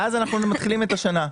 ואז אנחנו מתחילים את השנה.